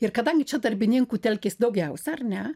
ir kadangi čia darbininkų telkės daugiausia ar ne